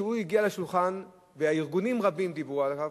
כשהוא הגיע לשולחן וארגונים רבים דיברו עליו,